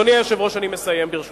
אדוני היושב-ראש, אני מסיים, ברשותך.